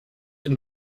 and